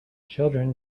children